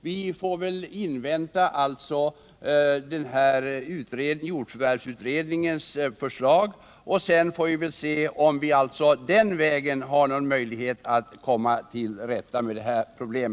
Jag konstaterar att vi får invänta jordförvärvsutredningens förslag, och sedan får vi se om det den vägen blir möjligt att komma till rätta med detta problem.